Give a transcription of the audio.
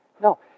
No